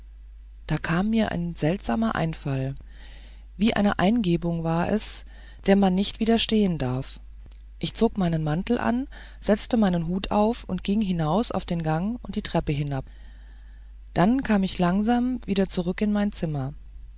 da kam mir ein seltsamer einfall wie eine eingebung war es der man nicht widerstehen darf ich zog meinen mantel an setzte meinen hut auf und ging hinaus auf den gang und die treppen hinab dann kam ich langsam wieder zurück in mein zimmer